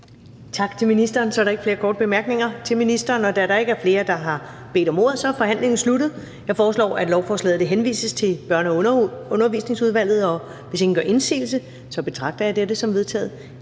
Tak til ministeren. Så er der ikke flere korte bemærkninger til ministeren. Da der ikke er flere, der har bedt om ordet, er forhandlingen sluttet. Jeg foreslår, at lovforslaget henvises til Børne- og Undervisningsudvalget. Og hvis ingen gør indsigelse, betragter jeg dette som vedtaget.